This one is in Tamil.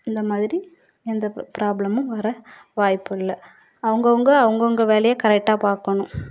இந்த மாதிரி எந்த ப்ராப்ளம்மும் வர வாய்ப்பு இல்லை அவங்கவுங்க அவங்கவுங்க வேலையை கரெக்டாக பார்க்கணும்